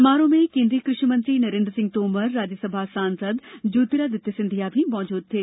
समारोह में केन्द्रीय कृषि मंत्री नरेन्द्र सिंह तोमर राज्यसभा सांसद ज्योतिरादित्य सिंधिया मौजूद थे